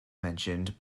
mentioned